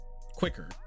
quicker